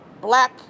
black